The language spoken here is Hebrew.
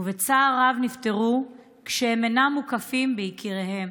שבצער רב נפטרו כשהם אינם מוקפים ביקיריהם.